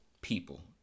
People